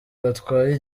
batwaye